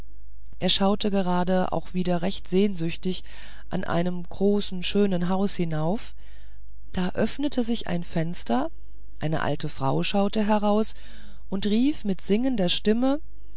er schaute gerade auch wieder recht sehnsüchtig an einem großen schönen haus hinauf da öffnete sich ein fenster eine alte frau schaute heraus und rief mit singender stimme